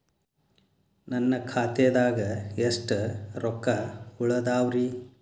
ನನ್ನ ಖಾತೆದಾಗ ಎಷ್ಟ ರೊಕ್ಕಾ ಉಳದಾವ್ರಿ?